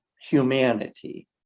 humanity